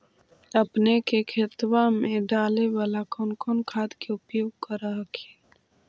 अपने के खेतबा मे डाले बाला कौन कौन खाद के उपयोग कर हखिन?